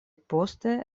poste